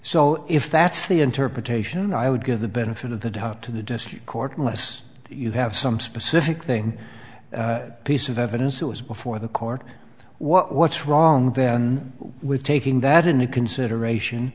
so if that's the interpretation i would give the benefit of the doubt to the district court unless you have some specific thing piece of evidence that was before the court what's wrong with taking that into consideration